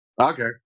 Okay